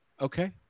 Okay